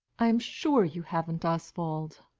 i am sure you haven't, oswald.